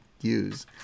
use